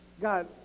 God